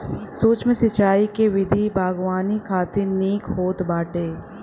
सूक्ष्म सिंचाई के विधि बागवानी खातिर निक होत बाटे